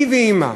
היא ואמה